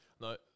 no